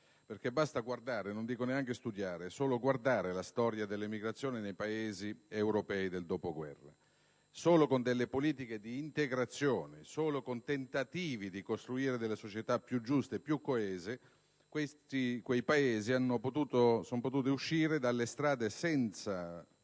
basta solo guardare, neanche studiare, solo guardare la storia dell'emigrazione nei Paesi europei del dopoguerra. Solo con le politiche di integrazione, solo tentando di costruire delle società più giuste e più coese quei Paesi sono riusciti ad uscire dalla strada senza